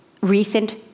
recent